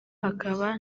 hakaba